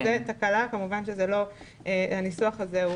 זו תקלה וכמובן שהניסוח הזה,